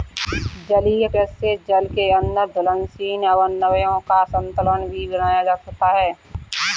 जलीय कृषि से जल के अंदर घुलनशील अवयवों का संतुलन भी बनाया जा सकता है